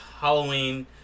Halloween